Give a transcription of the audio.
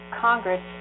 Congress